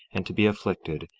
and to be afflicted,